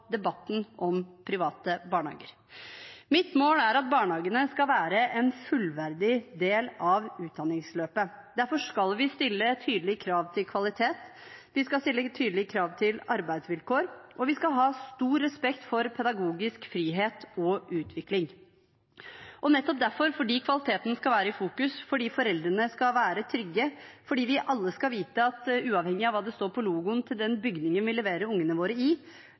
debatten om private barnehager. Mitt mål er at barnehagene skal være en fullverdig del av utdanningsløpet. Derfor skal vi stille tydelige krav til kvalitet, vi skal stille tydelige krav til arbeidsvilkår, og vi skal ha stor respekt for pedagogisk frihet og utvikling. Og nettopp derfor, fordi kvaliteten skal være i fokus, fordi foreldrene skal være trygge, fordi vi alle skal vite at uavhengig av hva det står på logoen til den bygningen vi leverer ungene våre i,